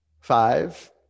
Five